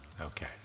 Okay